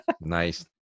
Nice